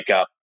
up